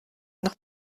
noch